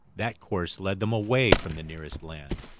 that course led them away from the nearest land,